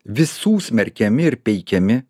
visų smerkiami ir peikiami